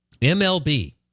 MLB